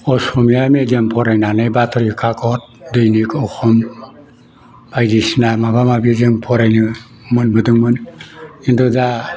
Asamiya medium फरायनानै बातरि काकत दैनिक अखम बायदिसिना माबा माबि जों फरायनो मोनबोदोंमोन किन्तु दा